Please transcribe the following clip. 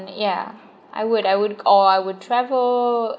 ya I would I would or I would travel